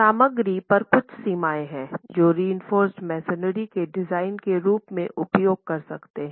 सामग्री पर कुछ सीमाएँ हैं जो रीइंफोर्स्ड मेसनरी के डिज़ाइन के रूप में उपयोग कर सकते हैं